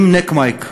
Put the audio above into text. עם נק-מייק,